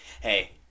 Hey